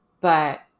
But-